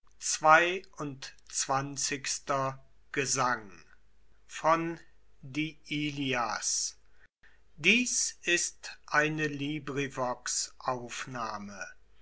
dies ist dir